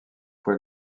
fois